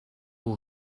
all